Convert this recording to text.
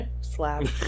Slab